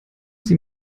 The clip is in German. sie